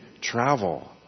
travel